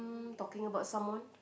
talking about someone